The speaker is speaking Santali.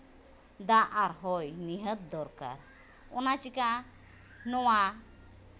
ᱫᱟᱜ ᱟᱨ ᱦᱚᱭ ᱱᱤᱦᱟᱹᱛ ᱫᱚᱨᱠᱟᱨ ᱚᱱᱟ ᱪᱤᱠᱟ ᱱᱚᱣᱟ